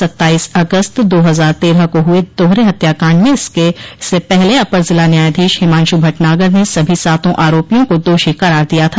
सत्ताईस अगस्त दो हजार तेरह को हुए दोहरे हत्याकांड में इससे पहले अपर जिला न्यायाधीश हिमांशु भटनागर ने सभी सातों आरोपियों को दोषी करार दिया था